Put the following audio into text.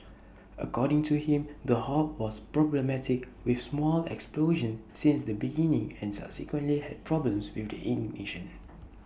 according to him the hob was problematic with small explosions since the beginning and subsequently had problems with the ignition